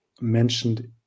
mentioned